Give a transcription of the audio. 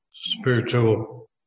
spiritual